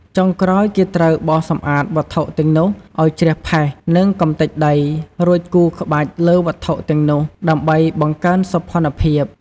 ចុងក្រោយគេត្រូវបោសសម្អាតវត្ថុទាំងនោះឲ្យជ្រះផេះនិងកម្ទេចដី រួចគូរក្បាច់លើវត្ថុទាំងនោះដើម្បីបង្កើនសោភណ្ឌភាព។